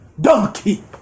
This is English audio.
donkey